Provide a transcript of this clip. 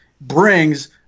brings